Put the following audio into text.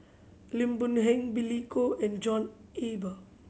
Lim Boon Heng Billy Koh and John Eber